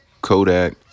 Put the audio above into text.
Kodak